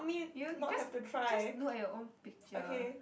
you just just look at your own picture